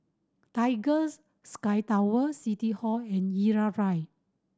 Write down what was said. Tigers Sky Tower City Hall and Irau Drive